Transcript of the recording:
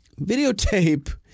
videotape